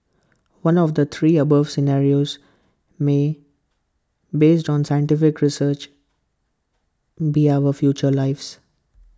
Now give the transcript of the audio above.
one of the three above scenarios may based on scientific research be our future lives